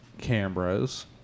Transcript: cameras